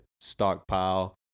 stockpile